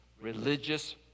religious